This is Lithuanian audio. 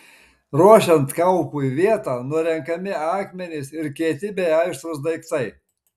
ruošiant kaupui vietą nurenkami akmenys ir kieti bei aštrūs daiktai